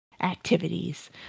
activities